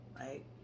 right